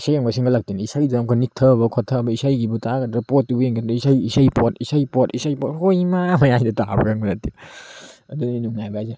ꯏꯁꯩ ꯑꯃꯨꯛꯀ ꯁꯤꯟꯒꯠꯂꯛꯇꯣꯏꯅꯤ ꯏꯁꯩꯗꯨꯗ ꯑꯃꯨꯛꯀ ꯅꯤꯛꯊꯕ ꯈꯣꯠꯊꯕ ꯏꯁꯩꯒꯤꯕꯨ ꯇꯥꯒꯗ꯭ꯔꯥ ꯄꯣꯠꯇꯨꯕꯨ ꯌꯦꯡꯒꯗ꯭ꯔꯥ ꯏꯁꯩ ꯏꯁꯩ ꯄꯣꯠ ꯏꯁꯩ ꯄꯣꯠ ꯏꯁꯩ ꯄꯣꯠ ꯍꯣꯏ ꯏꯃꯥ ꯍꯥꯏꯗꯨ ꯇꯥꯕ꯭ꯔꯥ ꯈꯪꯕ ꯅꯠꯇꯦ ꯑꯗꯨꯅꯤ ꯅꯨꯡꯉꯥꯏꯕ ꯍꯥꯏꯁꯦ